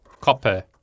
copper